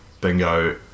Bingo